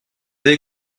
avez